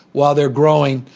while they're growing,